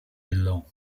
below